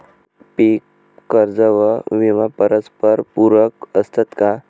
पीक कर्ज व विमा परस्परपूरक असतात का?